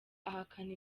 ahakana